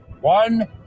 one